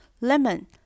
Lemon